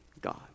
God